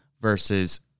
versus